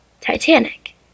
Titanic